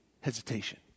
hesitation